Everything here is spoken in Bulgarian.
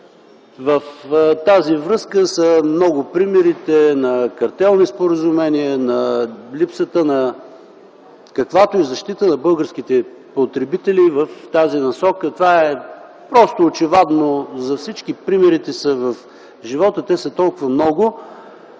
В тази връзка примерите са много – на картелни споразумения, на липсата на каквато и да е защита на българските потребители в тази насока. Това е просто очевадно. За всички примерите са в живота, те са толкова много.